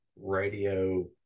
radio